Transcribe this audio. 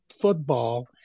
football